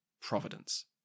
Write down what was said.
Providence